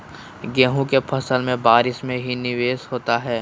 गेंहू के फ़सल के बारिस में की निवेस होता है?